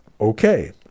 Okay